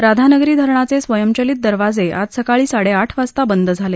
राधानगरी धरणाचे स्वयंचलित दरवाजे आज सकाळी साडेआठ वाजता बंद झाले